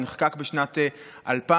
הוא נחקק בשנת 2000,